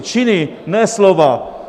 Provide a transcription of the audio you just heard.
Činy, ne slova!